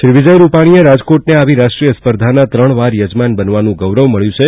શ્રી વિજયભાઇ રૂપાણીએ રાજકોટને આવી રાષ્ટ્રીય સ્પર્ધાના ત્રણ વાર યજમાન બનવાનું ગૌરવ મળ્યુ છે